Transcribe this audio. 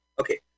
okay